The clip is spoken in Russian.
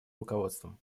руководством